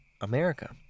America